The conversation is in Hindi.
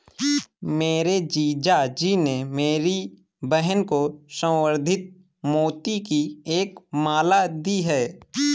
मेरे जीजा जी ने मेरी बहन को संवर्धित मोती की एक माला दी है